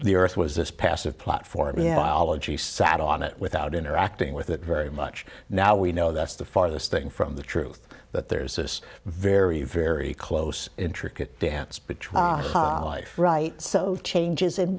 the earth was this passive platform eola g sat on it without interacting with it very much now we know that's the farthest thing from the truth but there's this very very close intricate dance between life right so changes in